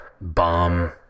bomb